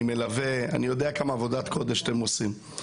אני מלווה ואני יודע כמה עבודת קודש אתם עושים.